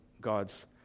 God's